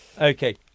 Okay